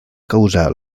causar